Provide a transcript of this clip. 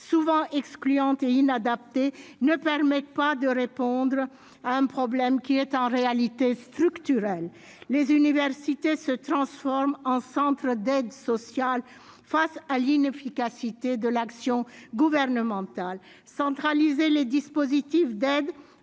souvent excluantes et inadaptées, ne permet pas de répondre à un problème qui est en réalité structurel. Les universités se transforment en centres d'aide sociale face à l'inefficacité de l'action gouvernementale. Centraliser les dispositifs d'aide